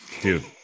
dude